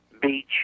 beach